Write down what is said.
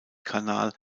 kanal